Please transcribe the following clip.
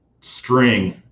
string